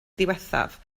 ddiwethaf